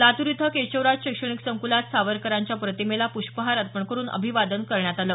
लातूर इथं केशवराज शैक्षणिक संकुलात सावरकरांच्या प्रतिमेला पुष्पहार अर्पण करून अभिवादन करण्यात आलं